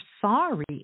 sorry